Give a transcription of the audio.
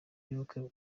y’ubukwe